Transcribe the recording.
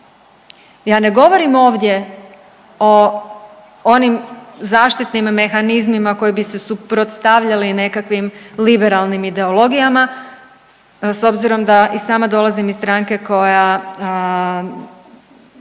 Ja ne govorim ovdje o onim zaštitnim mehanizmima koji bi se suprotstavljali nekakvim liberalnim ideologijama s obzirom da i sama dolazim iz stranke koja